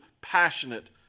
passionate